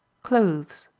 clothes